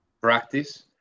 practice